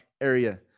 area